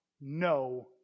no